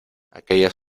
aquellas